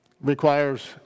requires